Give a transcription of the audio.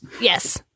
Yes